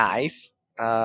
Nice